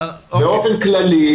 באופן כללי,